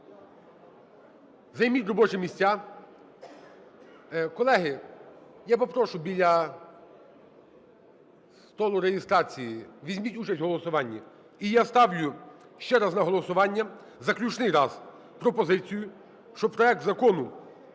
Займіть робочі місця. Колеги, я попрошу біля столу реєстрації візьміть участь в голосуванні. І я ставлю ще раз на голосування, заключний раз, пропозицію, щоб проект Закону